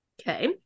okay